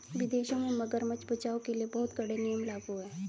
विदेशों में मगरमच्छ बचाओ के लिए बहुत कड़े नियम लागू हैं